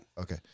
Okay